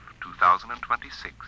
2026